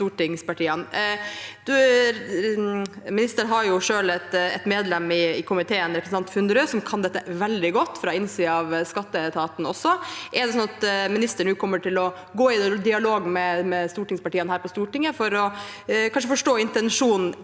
Ministeren har selv et medlem i komiteen, representanten Funderud, som kan dette veldig godt, også fra innsiden av skatteetaten. Er det sånn at ministeren nå kommer til å gå i dialog med partiene her på Stortinget for kanskje å forstå intensjonen